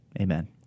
Amen